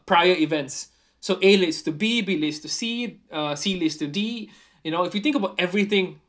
prior events so A leads to B B leads to C uh C leads to D you know if you think about everything